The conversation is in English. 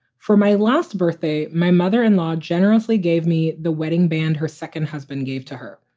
for my last birthday, my mother in law generously gave me the wedding band her second husband gave to her.